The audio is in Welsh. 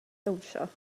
dawnsio